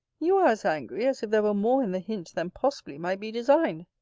you are as angry, as if there were more in the hint than possibly might be designed.